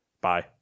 Bye